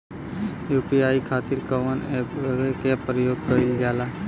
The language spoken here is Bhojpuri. यू.पी.आई खातीर कवन ऐपके प्रयोग कइलजाला?